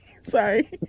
sorry